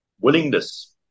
willingness